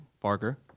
Parker